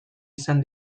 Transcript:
izan